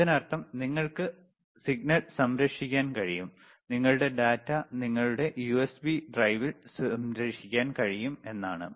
അതിനർത്ഥം നിങ്ങൾക്ക് സിഗ്നൽ സംരക്ഷിക്കാൻ കഴിയും നിങ്ങളുടെ ഡാറ്റ നിങ്ങളുടെ യുഎസ്ബി ഡ്രൈവിൽ സംരക്ഷിക്കാൻ കഴിയും എന്നാണ്